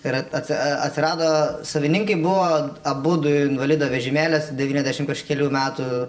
ir atsi atsirado savininkai buvo abudu invalido vežimėliuos devyniasdešimt kažkelių metų